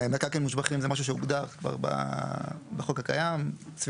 מקרקעין מושבחים זה משהו שהוגדר כבר בחוק הקיים.